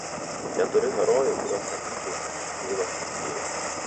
neturiu herojų kuriuos tampyčiausi iš knygos į knygą